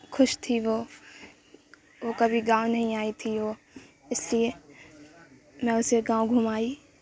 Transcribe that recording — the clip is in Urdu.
خوش تھی وہ وہ کبھی گاؤں نہیں آئی تھی وہ اس لیے میں اسے گاؤں گھمائی